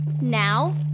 Now